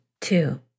two